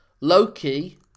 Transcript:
Loki